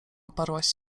uparłaś